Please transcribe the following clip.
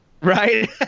right